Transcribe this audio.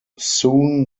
soon